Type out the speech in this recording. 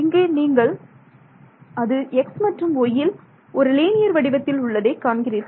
இங்கே நீங்கள் அது xy யில் ஒரு லீனியர் வடிவத்தில் உள்ளதை காண்கிறீர்கள்